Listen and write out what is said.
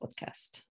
podcast